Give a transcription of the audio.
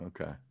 Okay